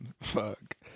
Fuck